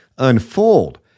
unfold